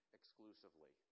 exclusively